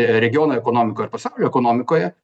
regiono ekonomikoj ir pasaulio ekonomikoje